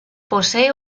posee